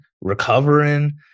recovering